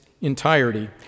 entirety